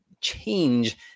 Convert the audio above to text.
change